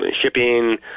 shipping